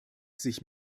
sich